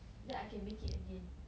then I can make it again